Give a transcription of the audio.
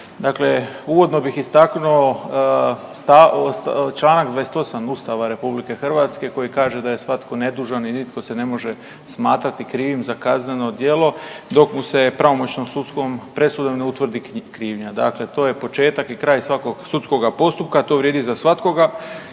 Dakle, uvodno bih istaknuo čl. 28 Ustava RH koji kaže da je svatko nedužan i nitko se ne može smatrati krivim za kazneno djelo, dok mu se pravomoćnom sudskom presudom ne utvrdi krivnja, dakle to je početak i kraj svakoga sudskoga postupka, to vrijedi za svatkoga